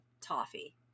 toffee